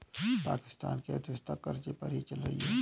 पाकिस्तान की अर्थव्यवस्था कर्ज़े पर ही चल रही है